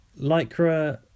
lycra